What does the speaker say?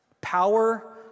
power